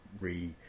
re